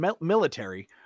military